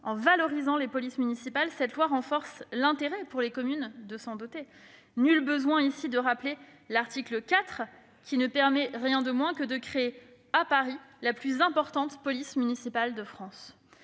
et valorisant les polices municipales, le texte renforce l'intérêt pour les communes de s'en doter. Il n'est nul besoin ici de rappeler l'article 4, qui ne permet rien moins que de créer à Paris la plus importante police municipale de France.